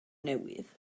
newydd